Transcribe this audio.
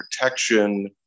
protection